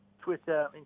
Twitter